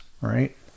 Right